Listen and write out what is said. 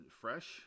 fresh